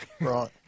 Right